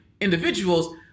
individuals